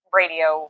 radio